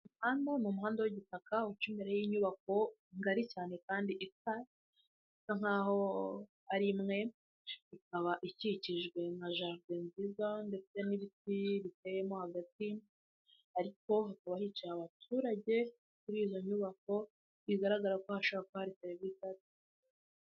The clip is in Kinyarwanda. Umuhanda ni umuhanda w'igitaka uca imbere y'inyubako ngari cyane kandi isa nkaho ari imwe. Ikaba ikikijwe na jaride nziza ndetse n'ibiti biteyemo hagati ariko hakaba hicaye abaturage kuri izo nyubako bigaragara ko hashobora kuba hari serivise zitangirwamo.